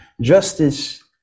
justice